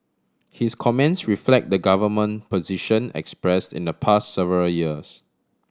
his comments reflect the government position express in the pass several years